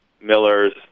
millers